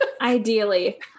Ideally